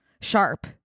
sharp